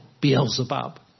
Beelzebub